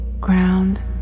ground